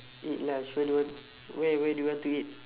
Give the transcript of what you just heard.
eat lunch where do you want where where do you want to eat